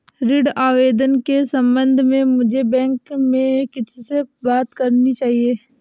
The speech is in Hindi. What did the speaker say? ऋण आवेदन के संबंध में मुझे बैंक में किससे बात करनी चाहिए?